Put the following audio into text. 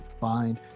find